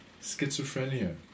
schizophrenia